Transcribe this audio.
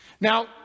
Now